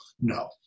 no